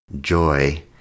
joy